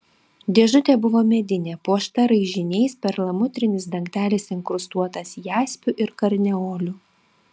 dėžutė buvo medinė puošta raižiniais perlamutrinis dangtelis inkrustuotas jaspiu ir karneoliu